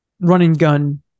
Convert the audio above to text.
run-and-gun